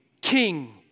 king